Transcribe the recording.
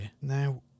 Now